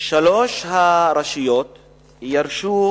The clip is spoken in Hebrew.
שלוש הרשויות ירשו